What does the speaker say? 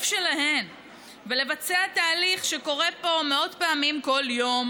שלהן ולבצע תהליך שקורה פה מאות פעמים כל יום,